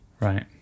Right